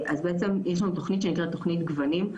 אז יש לנו תכנית שנקראת תכנית גוונים,